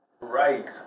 Right